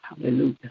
Hallelujah